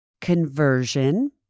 conversion